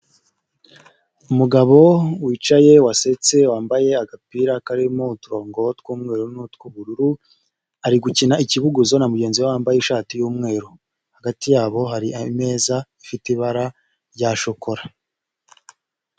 Umugabo wicaye wasetse wambaye agapira karimo uturongo tw'umweru n'utw'ubururu, ari gukina ikibuguzo na mugenzi we wambaye ishati y'umweru, hagati yabo hari imeza ifite ibara rya shokora.